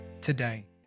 today